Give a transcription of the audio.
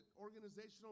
organizational